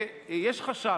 ויש חשש,